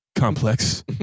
Complex